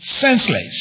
senseless